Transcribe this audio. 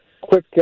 quick